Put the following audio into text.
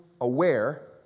aware